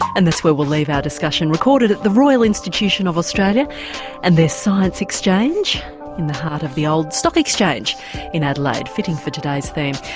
and that's where we'll leave our discussion, recorded at the royal institution of australia and their science exchange in the heart of the old stock exchange in adelaide. fitting for today's theme.